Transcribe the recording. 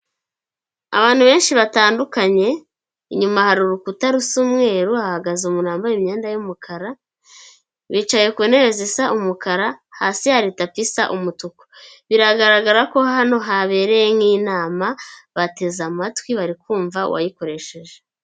Abantu benshi batandukanye, inyuma hari urukuta rusa umweru hahagaze umuntu wambaye imyenda y’umukara, bicaye ku ntebe zisa umukara, hasi hari tapi isa umutuku. Biragaragara ko hano habereye nk'inama, bateze amatwi bari kumva uwayikoresheje.